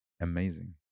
amazing